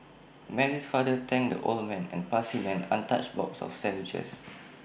Mary's father thanked the old man and passed him an untouched box of sandwiches